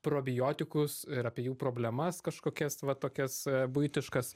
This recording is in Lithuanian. probiotikus ir apie jų problemas kažkokias va tokias buitiškas